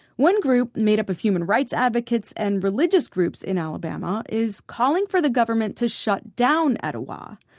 one group made up of human rights advocates and religious groups in alabama is calling for the government to shut down etowah.